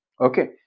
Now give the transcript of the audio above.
Okay